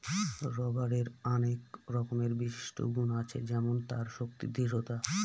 রবারের আনেক রকমের বিশিষ্ট গুন আছে যেমন তার শক্তি, দৃঢ়তা